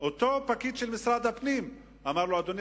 אותו פקיד של משרד הפנים אמר לו: אדוני,